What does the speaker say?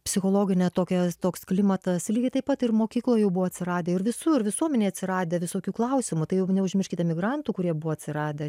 psichologinė tokia toks klimatas lygiai taip pat ir mokykloj jau buvo atsiradę ir visur visuomenėj atsiradę visokių klausimų tai jau neužmirškite migrantų kurie buvo atsiradę